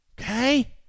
Okay